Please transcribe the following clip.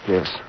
Yes